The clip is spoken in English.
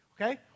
okay